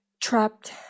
trapped